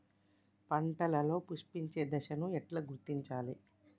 పంటలలో పుష్పించే దశను ఎట్లా గుర్తించాలి?